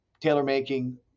tailor-making